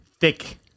thick